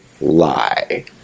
lie